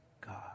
God